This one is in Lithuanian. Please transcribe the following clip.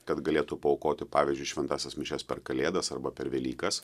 kad galėtų paaukoti pavyzdžiui šventąsias mišias per kalėdas arba per velykas